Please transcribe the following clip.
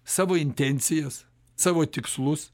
savo intencijas savo tikslus